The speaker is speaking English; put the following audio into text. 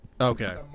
Okay